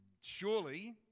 surely